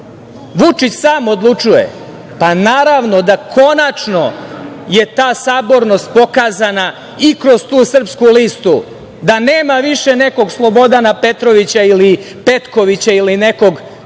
Vučić sam odlučuje, pa naravno da konačno je ta sabornost pokazana i kroz tu Srpsku listu, da nema više nekog Slobodana Petrovića ili Petkovića ili nekog desetog